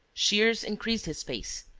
shears increased his pace.